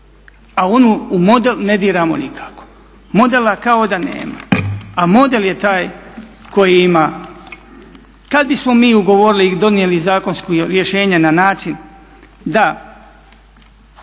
a onu u model ne diramo nikako? Modela kao da nema, a model je taj koji ima. Kad bismo mi ugovorili i donijeli rješenje na način da